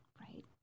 right